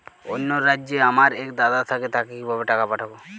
অন্য রাজ্যে আমার এক দাদা থাকে তাকে কিভাবে টাকা পাঠাবো?